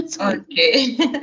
Okay